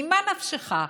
ממה נפשך?